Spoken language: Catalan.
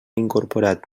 incorporat